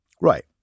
right